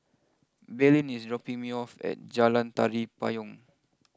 Belen is dropping me off at Jalan Tari Payong